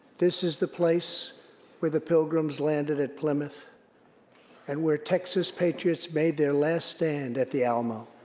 this is the place where the pilgrims landed at plymouth and where texas patriots made their last stand at the alamo.